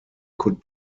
could